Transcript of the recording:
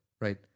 right